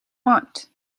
want